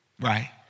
Right